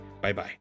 Bye-bye